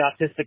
autistic